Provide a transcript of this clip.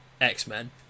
X-Men